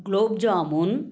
gulab jamun